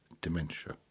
dementia